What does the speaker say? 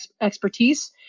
expertise